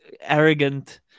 arrogant